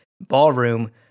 ballroom